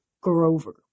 Grover